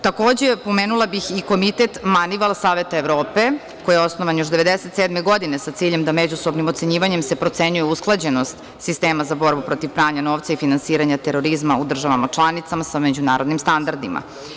Takođe, pomenula bih i Komitet Manival Saveta Evrope, koji je osnovan još 1997. godine sa ciljem da međusobnim ocenjivanjem se procenjuje usklađenost sistema za borbu protiv pranja novca i finansiranja terorizma u državama članicama sa međunarodnim standardima.